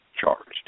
charged